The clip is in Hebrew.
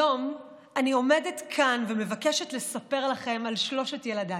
היום אני עומדת כאן ומבקשת לספר לכם על שלושת ילדיי,